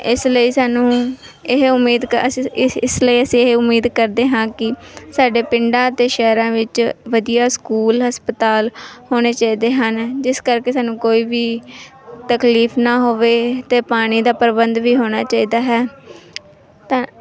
ਇਸ ਲਈ ਸਾਨੂੰ ਇਹ ਉਮੀਦ ਕ ਅਸੀਂ ਇਸ ਲਈ ਅਸੀਂ ਇਹ ਉਮੀਦ ਕਰਦੇ ਹਾਂ ਕਿ ਸਾਡੇ ਪਿੰਡਾਂ ਅਤੇ ਸ਼ਹਿਰਾਂ ਵਿੱਚ ਵਧੀਆ ਸਕੂਲ ਹਸਪਤਾਲ ਹੋਣੇ ਚਾਹੀਦੇ ਹਨ ਜਿਸ ਕਰਕੇ ਸਾਨੂੰ ਕੋਈ ਵੀ ਤਕਲੀਫ ਨਾ ਹੋਵੇ ਅਤੇ ਪਾਣੀ ਦਾ ਪ੍ਰਬੰਧ ਵੀ ਹੋਣਾ ਚਾਹੀਦਾ ਹੈ ਧੰ